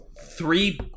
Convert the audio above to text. Three